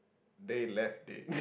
dey left dey